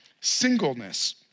singleness